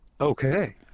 Okay